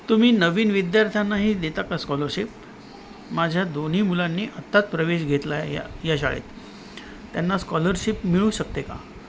तुम्ही नवीन विद्यार्थ्यांनाही देता का स्कॉलरशिप माझ्या दोन्ही मुलांनी आत्ताच प्रवेश घेतला आहे या या शाळेत त्यांना स्कॉलरशिप मिळू शकते का